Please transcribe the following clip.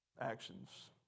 actions